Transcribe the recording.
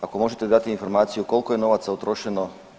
Ako možete dati informaciju koliko je novaca utrošeno?